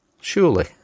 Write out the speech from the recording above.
surely